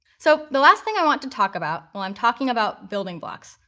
so the last thing i want to talk about, while i'm talking about building blocks,